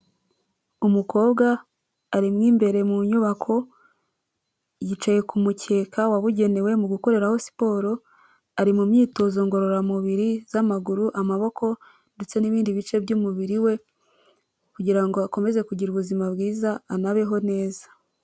Umukobwa arimo imbere mu nyubako, yicaye ku mukeka wabugenewe mu gukoreraho siporo, ari mu myitozo ngororamubiri z'amaguru, amaboko ndetse n'ibindi bice by'umubiri we kugira ngo akomeze kugira ubuzima bwiza anabeho neza.